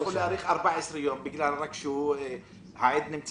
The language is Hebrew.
--- יכול להאריך 14 יום רק בגלל שהעד נמצא